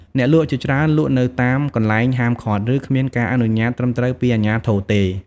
អ្នកលក់ជាច្រើនលក់នៅតាមកន្លែងហាមឃាត់ ឬ គ្មានការអនុញ្ញាតិត្រឹមត្រូវពីអាជ្ញាធរទេ។